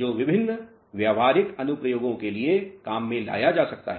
जो विभिन्न व्यावहारिक अनुप्रयोगों के लिए काम में लाया जा सकता है